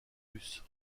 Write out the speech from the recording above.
russe